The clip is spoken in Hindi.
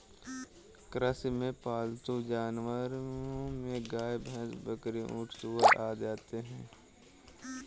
कृषि में पालतू जानवरो में गाय, भैंस, बकरी, ऊँट, सूअर आदि आते है